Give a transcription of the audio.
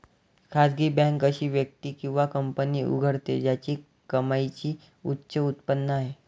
खासगी बँक अशी व्यक्ती किंवा कंपनी उघडते ज्याची कमाईची उच्च उत्पन्न आहे